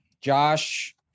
Josh